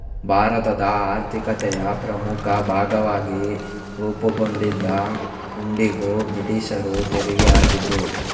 ಭಾರತದ ಆರ್ಥಿಕತೆಯ ಪ್ರಮುಖ ಭಾಗವಾಗಿ ರೂಪುಗೊಂಡಿದ್ದ ಹುಂಡಿಗೂ ಬ್ರಿಟೀಷರು ತೆರಿಗೆ ಹಾಕಿದ್ರು